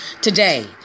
today